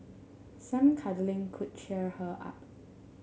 some cuddling could cheer her up